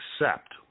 accept